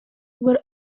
were